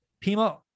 Pima